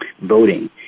voting